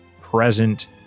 present